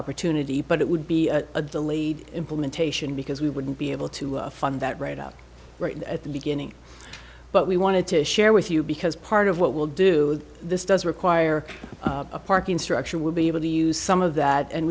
opportunity but it would be a delayed implementation because we wouldn't be able to fund that right out right at the beginning but we wanted to share with you because part of what we'll do this does require a parking structure we'll be able to use some of that and